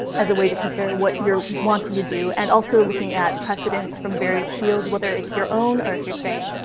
as a way to compare what you're wanting to do. and also, looking at precedents from various fields, whether it's your own, or if you're saying,